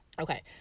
Okay